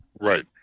right